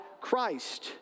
Christ